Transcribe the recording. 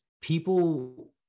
people